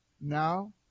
now